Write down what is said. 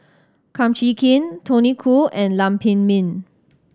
Kum Chee Kin Tony Khoo and Lam Pin Min